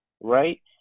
right